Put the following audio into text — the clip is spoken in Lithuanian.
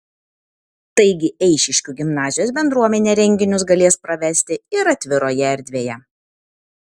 taigi eišiškių gimnazijos bendruomenė renginius galės pravesti ir atviroje erdvėje